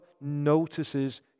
notices